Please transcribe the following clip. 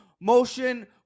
motion